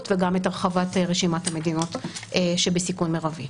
וגם את הרחבת רשימת המדינות שבסיכון מרבי.